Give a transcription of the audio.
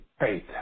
faith